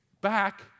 back